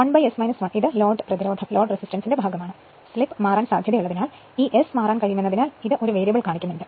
1S 1 ഇത് load resistance ഭാഗമാണ് slip മാറാൻ സാധ്യതയുള്ളതിനാൽ ഈ S മാറാൻ കഴിയുമെന്നതിനാൽ ഇത് ഒരു വേരിയബിൾ കാണിക്കുന്നു